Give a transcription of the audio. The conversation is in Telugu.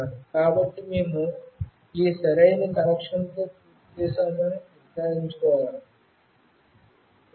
కాబట్టి మేము ఈ సరైన కనెక్షన్తో పూర్తి చేశామని నిర్ధారించుకోవాలి